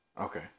Okay